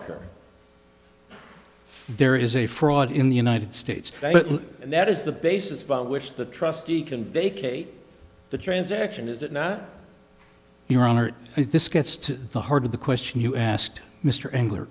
occur there is a fraud in the united states and that is the basis by which the trustee can vacate the transaction is it not your honor if this gets to the heart of the question you asked mr engler